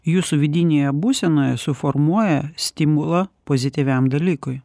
jūsų vidinėje būsenoje suformuoja stimulą pozityviam dalykui